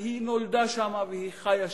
כי היא נולדה שם והיא חיה שם,